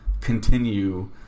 continue